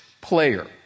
player